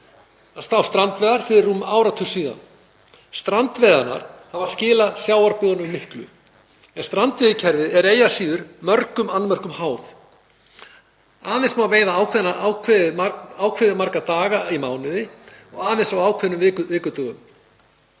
var á strandveiðar fyrir rúmum áratug síðan. Strandveiðarnar hafa skilað sjávarbyggðum miklu en strandveiðikerfið er eigi að síður mörgum annmörkum háð. Aðeins má veiða ákveðið marga daga í mánuði og aðeins á ákveðnum vikudögum.